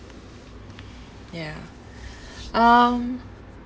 ya um